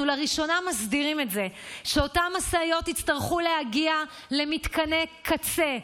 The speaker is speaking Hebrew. אנחנו לראשונה מסדירים את זה שאותן משאיות יצטרכו להגיע למתקני קצה,